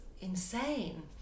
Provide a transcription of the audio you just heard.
insane